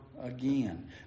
again